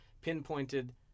pinpointed